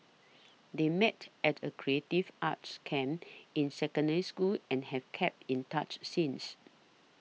they met at a creative arts camp in Secondary School and have kept in touch since